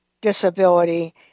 disability